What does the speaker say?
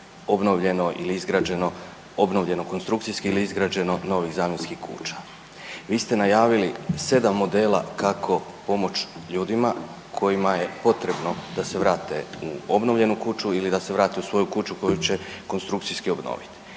obnovljeno ili izgrađeno, obnovljeno konstrukcijski ili izgrađeno novih zamjenskih kuća. Vi ste najavili 7 modela kako pomoć ljudima kojima je potrebno da se vrate u obnovljenu kuću ili da se vrate u svoju kuću koju će konstrukcijski obnovit.